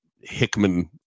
hickman